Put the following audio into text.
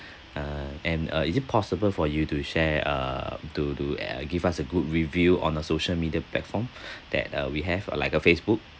uh and uh is it possible for you to share um to to uh give us a good review on a social media platform that uh we have uh like uh facebook